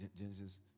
Genesis